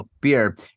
beer